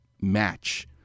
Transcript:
match